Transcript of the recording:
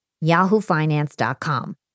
Yahoofinance.com